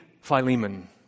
Philemon